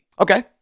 Okay